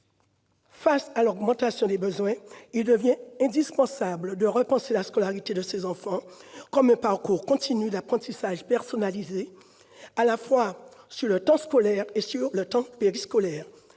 Face à l'augmentation des besoins, il devient indispensable de repenser la scolarité de ces enfants comme un parcours continu d'apprentissage personnalisé, à la fois sur le temps scolaire et sur le temps péri-périscolaire.